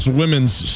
women's